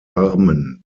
armen